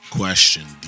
Question